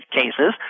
cases